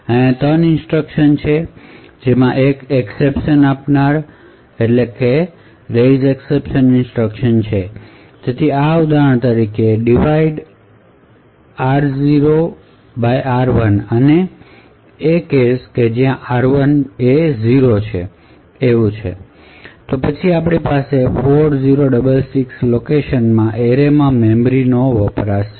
ત્યાં 3 ઇન્સટ્રકશનછે જેમાં એક એકસેપશન આપનાર ઇન્સટ્રકશન છે તેથી આ ઉદાહરણ તરીકે ડીવાઇડ r0 r 1 અને કેસ જ્યાં r1 બરાબર 0 છે પછી આપણી પાસે 4૦66 લોકેશનમાં એરેમાં મેમરી નો વપરાશ છે